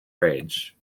rage